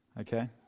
Okay